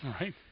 right